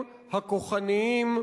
הכוחניים,